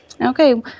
Okay